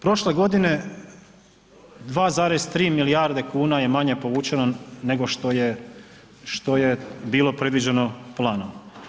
Prošle godine 2,3 milijarde kuna je manje povućeno nego što je, što je bilo predviđeno planom.